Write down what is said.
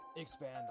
Expand